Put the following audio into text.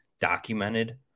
documented